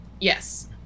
Yes